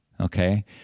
okay